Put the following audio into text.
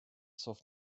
soft